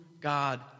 God